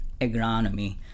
agronomy